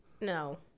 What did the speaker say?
No